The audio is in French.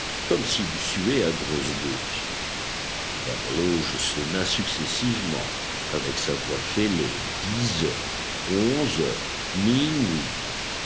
comme s'il eût sué à grosses gouttes l'horloge sonna successivement avec sa voix fêlée dix heures onze heures minuit